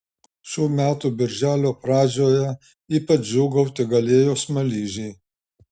šių metų birželio pradžioje ypač džiūgauti galėjo smaližiai